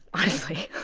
honestly.